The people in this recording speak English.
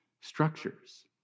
structures